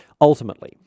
ultimately